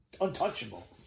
untouchable